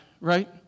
right